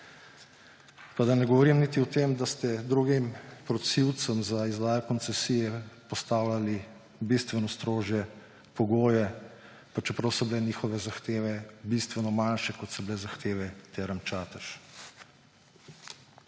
Pa da ne govorim niti o tem, da ste drugim prosilcem za izdajo koncesije postavljali bistveno strožje pogoje, pa čeprav so bile njihove zahteve bistveno manjše, kot so bile zahteve Term Čatež.